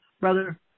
Brother